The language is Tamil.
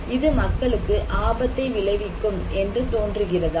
இது மக்களுக்கு ஆபத்தை விளைவிக்கும் என்று தோன்றுகிறதா